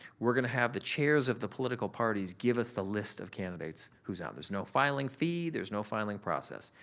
we're gonna have the chairs of the political parties give us the list of candidates who's out. there's no filing fee. there's no filing process.